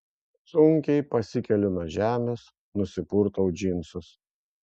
sunkiai pasikeliu nuo žemės nusipurtau džinsus